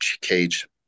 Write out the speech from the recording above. cage